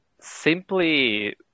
simply